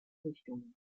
richtungen